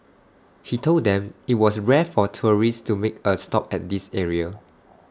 he told them IT was rare for tourists to make A stop at this area